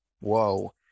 whoa